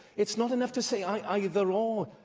it's not enough to say either or.